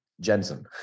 Jensen